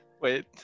Wait